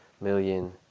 million